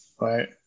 Right